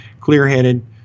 clear-headed